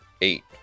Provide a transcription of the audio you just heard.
eight